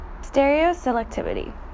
Stereoselectivity